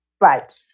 Right